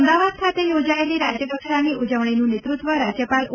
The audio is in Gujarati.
અમદાવાદ ખાતે યોજાયેલી રાજ્યકક્ષાની ઉજવણીનું નેતૃત્વ રાજ્યપાલ ઓ